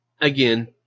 again